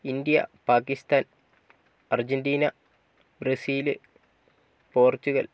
India Pakistan Argentina Brazil Portugal